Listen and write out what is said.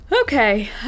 Okay